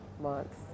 months